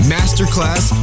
Masterclass